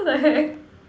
what the heck